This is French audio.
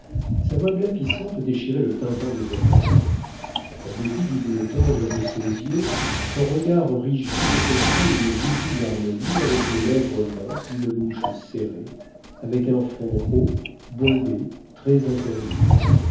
sa voix glapissante déchirait le tympan des oreilles en dépit du bleu tendre de ses yeux son regard rigide offrait une visible harmonie avec les lèvres minces d'une bouche serrée avec un front haut bombé très impérieux